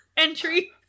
Entry